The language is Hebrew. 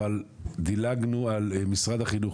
אבל דילגנו על משרד החינוך.